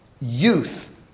youth